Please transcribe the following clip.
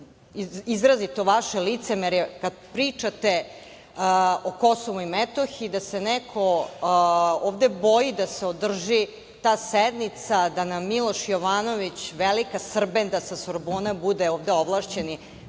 izrazito vaše licemerje kada pričate o Kosovu i Metohiji, da se neko ovde boji da se ovde održi ta sednica, da nam Miloš Jovanović, velika „srbenda“ sa Sorbone, bude ovde ovlašćeni.